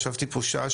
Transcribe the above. ישבתי פה שעה,